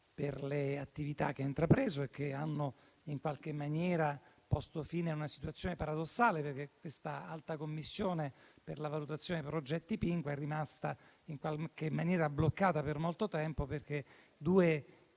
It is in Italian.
per le attività che ha intrapreso e che hanno in qualche maniera posto fine a una situazione paradossale. l'alta commissione per la valutazione dei progetti Pinqua è rimasta in qualche maniera bloccata per molto tempo perché due